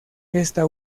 esta